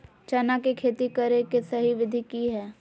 चना के खेती करे के सही विधि की हय?